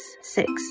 six